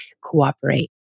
cooperate